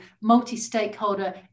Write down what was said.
multi-stakeholder